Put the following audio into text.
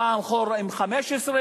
פעם חור עם 15,